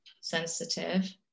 sensitive